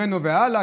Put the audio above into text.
ממנו והלאה.